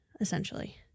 essentially